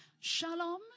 Shalom